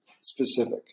specific